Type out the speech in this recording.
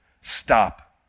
Stop